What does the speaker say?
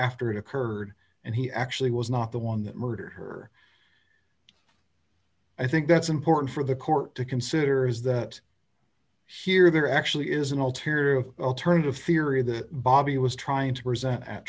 after it occurred and he actually was not the one that murdered her i think that's important for the court to consider is that here there actually is an ulterior of alternative theory that bobby was trying to present at